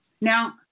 Now